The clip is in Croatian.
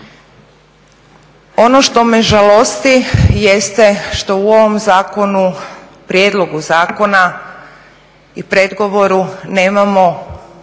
Ono što me žalosti jeste što u ovom zakonu, prijedlogu zakona i predgovoru nemamo